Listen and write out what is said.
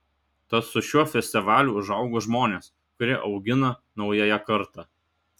tad su šiuo festivaliu užaugo žmonės kurie augina naująją kartą